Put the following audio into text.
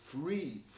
Free